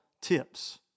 tips